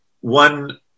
one